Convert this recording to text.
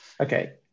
Okay